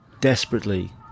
desperately